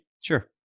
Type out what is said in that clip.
Sure